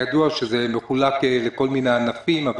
ידוע שזה מחולק לכל מיני ענפים,